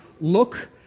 look